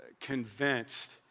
convinced